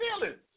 feelings